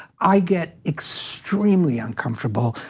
i get extremely uncomfortable,